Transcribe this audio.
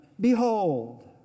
behold